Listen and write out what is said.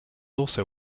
also